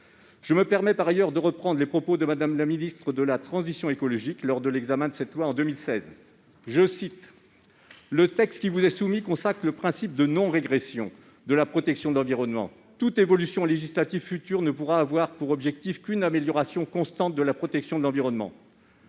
Je me permets de reprendre les propos de Mme la ministre de la transition écologique lors de l'examen de cette loi en 2016 :« Le texte qui vous est soumis consacre le principe de non-régression de la protection de l'environnement. Toute évolution législative future ne pourra avoir pour objectif qu'une amélioration constante de la protection de l'environnement. »